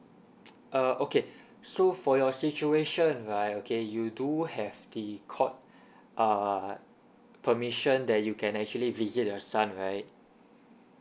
uh okay so for your situation right okay you do have the court err permission that you can actually visit your son right